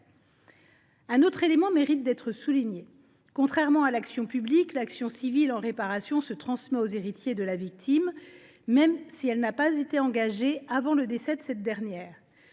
Un autre élément mérite d’être souligné. Contrairement à l’action publique, l’action civile en réparation se transmet aux héritiers de la victime, même si elle n’a pas été engagée avant le décès de cette dernière.